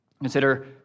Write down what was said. Consider